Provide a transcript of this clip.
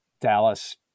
Dallas